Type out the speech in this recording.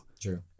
True